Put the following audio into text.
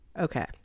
okay